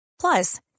Plus